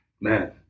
man